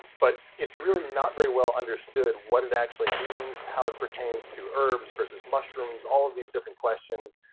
but it's really not very well understood, what it actually means, how it pertains to herbs versus mushrooms, all of these different questions.